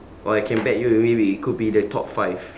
or I can bet you it may be it could be the top five